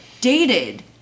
dated